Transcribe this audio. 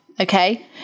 okay